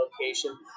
location